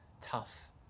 tough